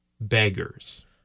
beggars